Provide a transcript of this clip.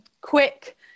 quick